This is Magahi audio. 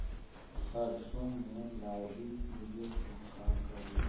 सरसो मे लाहि गिरे तो का करि?